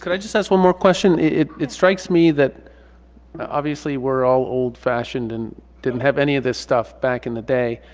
i just ask one more question? it it strikes me that obviously we're all old-fashioned and didn't have any of this stuff back in the day.